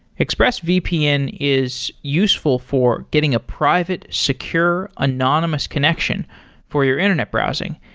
expressvpn is useful for getting a private, secure, anonymous connection for your internet browsing.